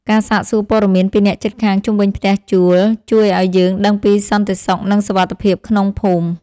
ការសាកសួរព័ត៌មានពីអ្នកជិតខាងជុំវិញផ្ទះជួលជួយឱ្យយើងដឹងពីសន្តិសុខនិងសុវត្ថិភាពក្នុងភូមិ។